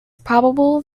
probable